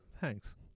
Thanks